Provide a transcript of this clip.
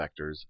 vectors